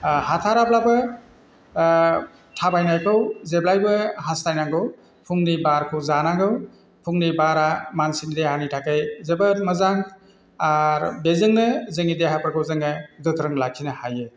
हाथाराब्लाबो थाबायनायखौ जेब्लायबो हासथायनांगौ फुंनि बारखौ जानांगौ फुंनि बारा मानसिनि देहानि थाखै जोबोद मोजां आर बेजोंनो जोंनि देहाफोरखौ जोङो गोख्रों लाखिनो हायो